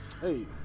Hey